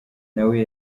nawe